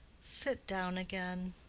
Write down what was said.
sit down again,